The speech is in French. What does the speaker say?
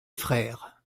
frères